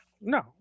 no